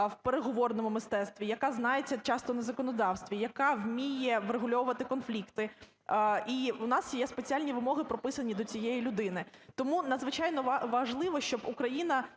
в переговорному мистецтві, яка знається часто на законодавстві, яка вміє врегульовувати конфлікти. І у нас є спеціальні вимоги прописані до цієї людини. Тому надзвичайно важливо, щоб Україна